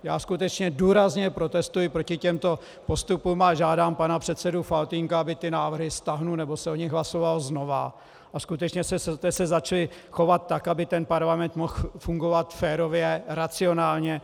Já skutečně důrazně protestuji proti těmto postupům a žádám pana předsedu Faltýnka, aby ty návrhy stáhl nebo se o nich hlasovalo znovu a skutečně jste se začali chovat tak, aby ten parlament mohl fungovat férově, racionálně.